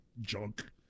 junk